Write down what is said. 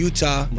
Utah